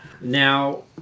Now